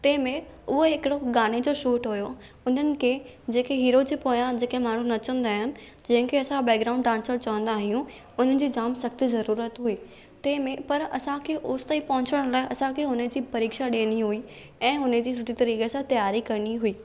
तंहिंमें उहो हिकिड़ो गाने जो शूट हुयो उन्हनि खे जेके हीरो जे पोयां जेके माण्हूं नचंदा आहिनि जंहिंखे असां बैग्राउंड डांसर चवंदा आहियूं उन्हनि जी जाम सख़्त ज़रूरत हुई तंहिंमें पर असां खे ओसि ताईं पहुचणु लाइ असां खे हुन जी परीक्षा ॾियणी हुई ऐं हुन जी सुठे तरीक़े सां तियारी करिणी हुई